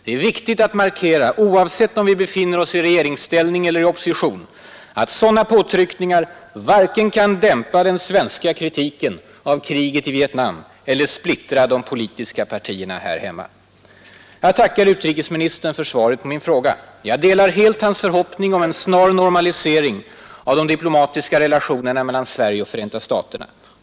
Det är viktigt att markera — oavsett om vi befinner oss i regeringsställning eller i opposition — att sådana påtryckningar varken kan dämpa den svenska kritiken av kriget i Vietnam eller splittra de politiska partierna här hemma. Jag tackar utrikesministern för svaret på min fråga. Jag delar hans förhoppning om en snar normalisering av de diplomatiska relationerna mellan Sverige och Förenta staterna.